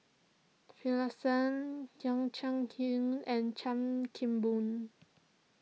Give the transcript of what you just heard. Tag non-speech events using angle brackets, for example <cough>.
Finlayson <unintelligible> Chia Hsing and Chan Kim Boon